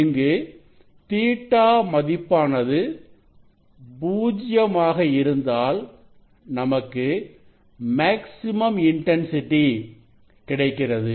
இங்கு Ɵ மதிப்பானது பூஜ்யம் ஆக இருந்தால் நமக்கு மேக்ஸிமம் இன்டன்சிட்டிintensity கிடைக்கிறது